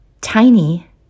tiny